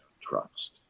trust